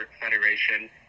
Federation